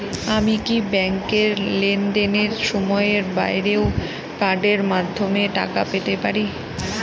আমি কি ব্যাংকের লেনদেনের সময়ের বাইরেও কার্ডের মাধ্যমে টাকা পেতে পারি?